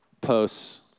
posts